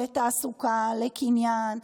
לתעסוקה, לקניין?